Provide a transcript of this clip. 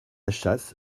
chasse